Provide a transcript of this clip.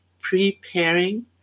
preparing